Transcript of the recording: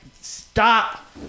stop